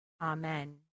Amen